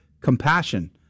compassion